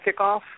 kickoff